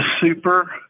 super